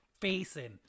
Facing